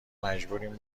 مجبوریم